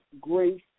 grace